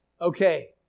Okay